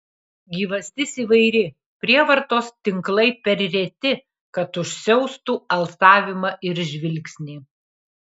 gyvastis įvairi prievartos tinklai per reti kad užsiaustų alsavimą ir žvilgsnį